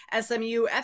SMU